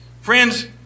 friends